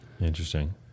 Interesting